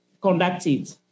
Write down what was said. conducted